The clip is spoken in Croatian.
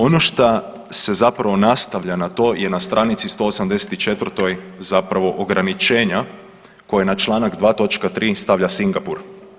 Ono šta se zapravo nastavlja na to je na stranici 184 zapravo ograničenja koja na Članak 2. točka 3. stavlja Singapur.